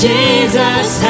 Jesus